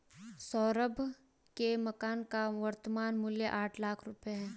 सौरभ के मकान का वर्तमान मूल्य आठ लाख रुपये है